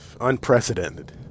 unprecedented